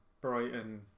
Brighton